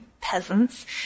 peasants